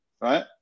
right